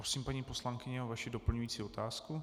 Prosím, paní poslankyně, o vaši doplňující otázku.